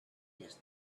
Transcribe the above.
his